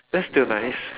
that's still nice